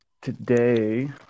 today